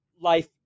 Life